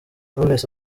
knowless